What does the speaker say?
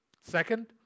Second